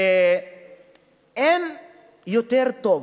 אין יותר טוב,